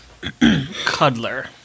Cuddler